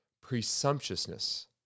presumptuousness